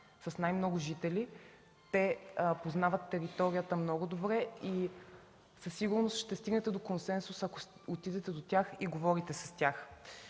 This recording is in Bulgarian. с най-много жители, те познават територията много добре и със сигурност ще стигнете до консенсус, ако отидете до тях и говорите с тях.